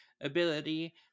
ability